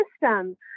system